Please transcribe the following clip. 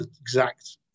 exact